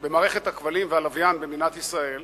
במערכת הכבלים והלוויין במדינת ישראל,